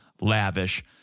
lavish